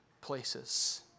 places